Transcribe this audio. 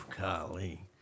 golly